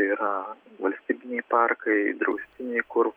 yra valstybiniai parkai draustiniai kur